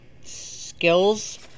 skills